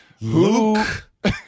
Luke